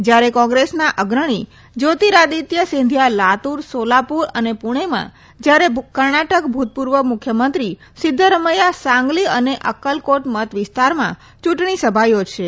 જયારે કોંગ્રેસના અગ્રણી જ્યોતીરાદિત્ય સિંધીયા લાતુર સોલાપુર અને પુણેમાં જયારે કર્ણાટક ભુતપુર્વ મુખ્યમંત્રી સિધ્ધ રમૈયા સાંગલી અને અકકલકોટ મત વિસ્તારમાં યુંટણી સભા યોજશે